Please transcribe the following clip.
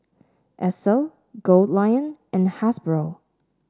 Esso Goldlion and Hasbro